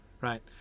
right